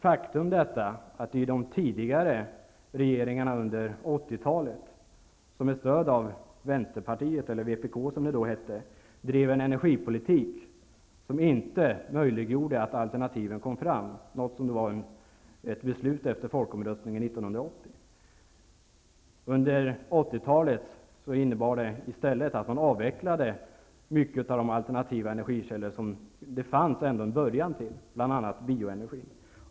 Faktum är att de tidigare regeringarna med stöd av Vänsterpartiet, eller vpk som det då hette, drev en energipolitik som inte möjliggjorde att alternativen togs fram -- något som ändå var ett beslut efter folkomröstningen 1980. Det här innebar att under 1980-talet avvecklades många av de alternativa energikällor som det fanns en början till, bl.a. bioenergin.